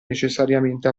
necessariamente